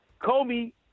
Comey